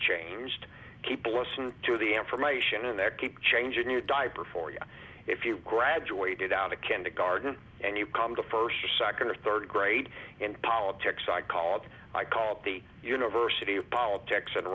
changed keep listen to the information in there keep changing your diaper for you if you graduated out of kindergarten and you come to first or second or third grade in politics i called i called the university of politics